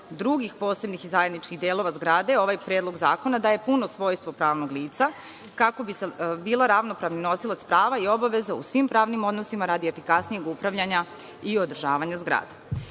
drugih posebnih i zajedničkih delova zgrade, ovaj predlog zakona daje puno svojstvo pravnog lica, kako bi sada bila ravnopravni nosilac prava i obaveza u svim pravnim odnosima radi efikasnijeg upravljanja i održavanja zgrade. Takođe,